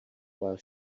while